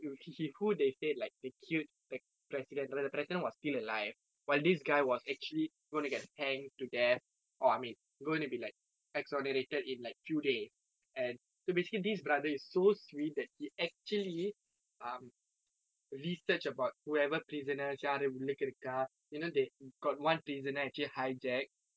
you he who they said like they killed the president right the president was still alive while this guy was actually going to get hanged to death or I mean going to be like exonerated in like few days and so basically this brother is so sweet that he actually um research about whoever prisoners யார் உள்ளுக்கு இருக்கா:yaar ulluku irukaa you know they got one prisoner actually hijack